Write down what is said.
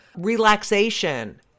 relaxation